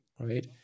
right